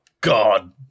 God